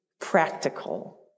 practical